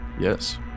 Yes